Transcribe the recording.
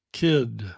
kid